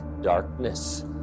Darkness